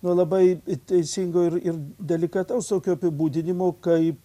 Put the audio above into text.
nuo labai teisingo ir ir delikataus tokio apibūdinimo kaip